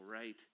right